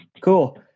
Cool